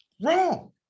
wrong